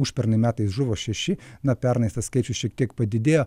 užpernai metais žuvo šeši na pernai tas skaičius šiek tiek padidėjo